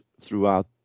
throughout